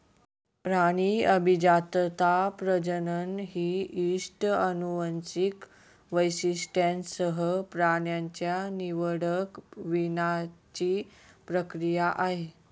प्राणी अभिजातता, प्रजनन ही इष्ट अनुवांशिक वैशिष्ट्यांसह प्राण्यांच्या निवडक वीणाची प्रक्रिया आहे